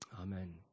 Amen